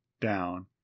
down